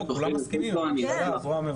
אם תוכלי לתת לו, אני אשמח.